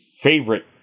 favorite